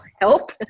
help